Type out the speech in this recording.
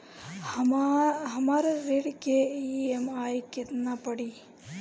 हमर ऋण के ई.एम.आई केतना पड़ी?